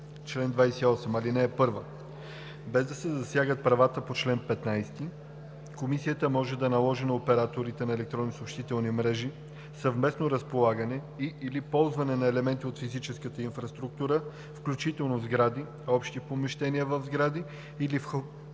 чл. 28: „Чл. 28. (1) Без да се засягат правата по чл. 15, Комисията може да наложи на операторите на електронни съобщителни мрежи съвместно разполагане и/или ползване на елементи от физическата инфраструктура, включително в сгради, общи помещения в сгради или входни